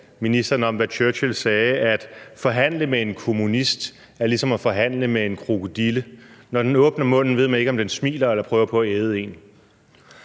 ministeren om, hvad Churchill sagde, nemlig at det at forhandle med en kommunist er ligesom at forhandle med en krokodille: Når den åbner munden, ved man ikke, om den smiler eller prøver på at æde en.